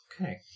Okay